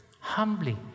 Humbly